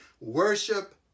worship